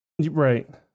Right